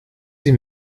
sie